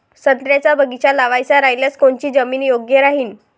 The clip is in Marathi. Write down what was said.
संत्र्याचा बगीचा लावायचा रायल्यास कोनची जमीन योग्य राहीन?